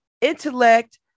intellect